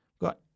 Got